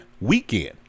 weekend